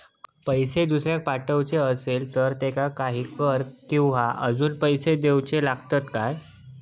पैशे दुसऱ्याक पाठवूचे आसले तर त्याका काही कर किवा अजून पैशे देऊचे लागतत काय?